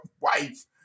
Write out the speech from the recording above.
wife